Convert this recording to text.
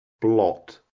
Blot